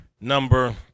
number